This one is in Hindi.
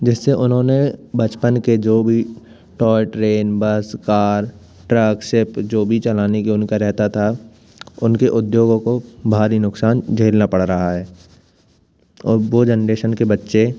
जिससे उन्होंने बचपन के जो भी toy train bus car truck ship जो भी चलाने के उनका रहता था उनके उद्योगों को भारी नुक़सान झेलना पड़ रहा है और वो जेनरेशन के बच्चे